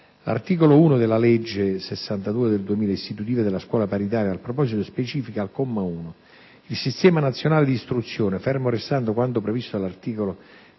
L'articolo 1 della legge n. 62 del 2000, istitutiva della scuola paritaria, al proposito, specifica al comma 1: «Il sistema nazionale di istruzione, fermo restando quanto previsto dall'articolo